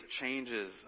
changes